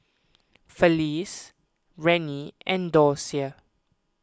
Felice Rennie and Docia